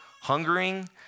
hungering